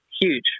huge